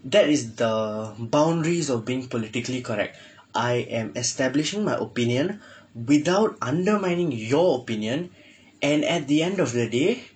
that is the boundaries of being politically correct I am establishing my opinion without undermining your opinion and at the end of the day